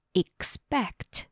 expect